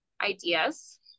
ideas